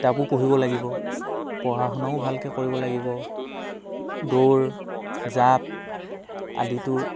কিতাপো পঢ়িব লাগিব পঢ়া শুনাও ভালকৈ কৰিব লাগিব দৌৰ জাঁপ আদিতো